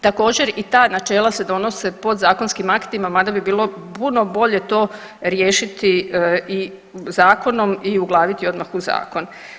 Također, i ta načela se donose podzakonskim aktima, mada bi bilo puno bolje riješiti i zakonom i uglaviti odmah u zakon.